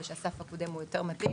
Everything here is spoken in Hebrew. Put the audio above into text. ושהסף הקודם היה יותר מתאים